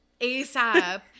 ASAP